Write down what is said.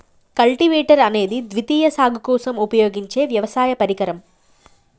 cultivator అనేది ద్వితీయ సాగు కోసం ఉపయోగించే వ్యవసాయ పరికరం